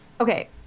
Okay